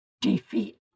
Defeat